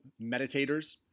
meditators